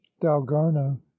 dalgarno